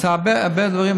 נעשו הרבה דברים,